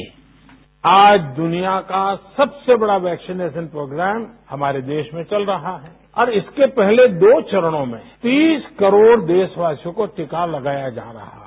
bite प्रधानमंत्री आज दुनिया का सबसे बडा वैक्सीनेशन प्रोग्राम हमारे देश में चल रहा है और इसके पहले दो चरणों में तीस करोड देशवासियों को टीका लगाया जा रहा है